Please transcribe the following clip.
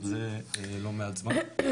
גם זה לא מעט זמן,